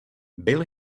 byl